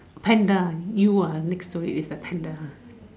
panda you ah next to it is a panda